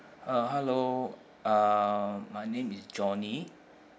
uh hello uh my name is johnny